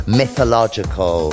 mythological